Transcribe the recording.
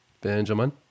Benjamin